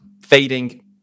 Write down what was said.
fading